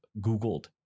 Googled